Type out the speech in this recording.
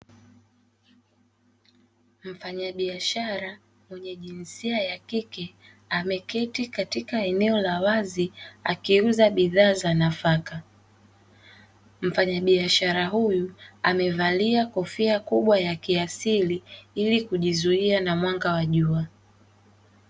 Mfanyabiashara mwenye jinsia ya kike ameketi katika eneo la wazi akiuza bidhaa za nafaka, mfanyabiashara huyu amevalia kofia kubwa ya kiasili ili kujizuia na mwanga wa jua.